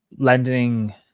Lending